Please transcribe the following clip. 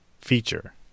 feature